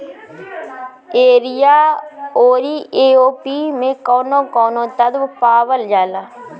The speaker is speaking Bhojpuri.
यरिया औरी ए.ओ.पी मै कौवन कौवन तत्व पावल जाला?